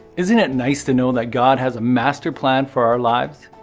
isn't that nice to know that god has a masterplan for our lives?